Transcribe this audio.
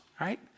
right